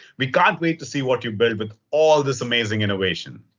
we can't wait to see what you build with all this amazing innovation.